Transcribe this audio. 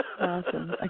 Awesome